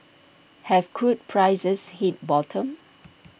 have crude prices hit bottom